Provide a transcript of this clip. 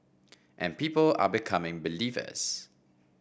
and people are becoming believers